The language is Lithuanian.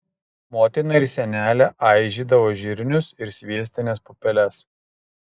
motina ir senelė aižydavo žirnius ar sviestines pupeles